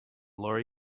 lori